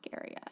area